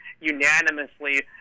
unanimously